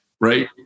right